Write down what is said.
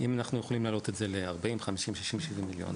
אם אנחנו יכולים להעלות את זה ל-40-50-60-70 מיליון,